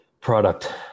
product